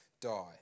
die